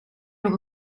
nog